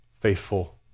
faithful